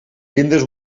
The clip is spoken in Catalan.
llindes